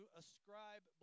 ascribe